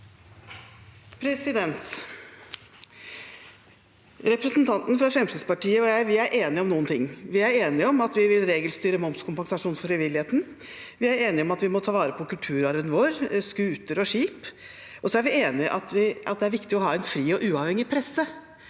Representanten fra Fremskrittspartiet og jeg er enige om noen ting. Vi er enige om at vi vil regelstyre momskompensasjonen for frivilligheten, vi er enige om at vi må ta vare på kulturarven vår, skuter og skip, og vi er enige om at det er viktig å ha en fri og uavhengig presse.